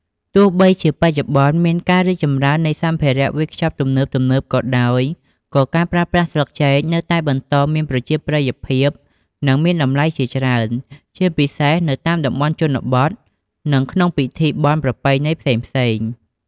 ទោះបីជាបច្ចុប្បន្នមានការរីកចម្រើននៃសម្ភារៈវេចខ្ចប់ទំនើបៗក៏ដោយ ក៏ការប្រើប្រាស់ស្លឹកចេកនៅតែបន្តមានប្រជាប្រិយភាព និងមានតម្លៃជាច្រើន ជាពិសេសនៅតាមតំបន់ជនបទ និងក្នុងពិធីបុណ្យប្រពៃណីផ្សេងៗ។